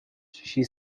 she